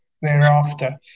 thereafter